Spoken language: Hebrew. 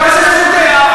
ביטוח לאומי,